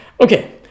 Okay